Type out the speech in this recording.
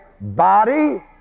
body